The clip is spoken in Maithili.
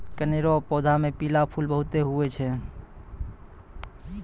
कनेर रो पौधा मे पीला फूल बहुते हुवै छै